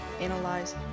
analyze